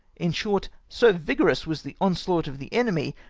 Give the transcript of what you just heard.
in short, so vigorous was the on slaught of the enemy,